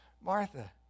Martha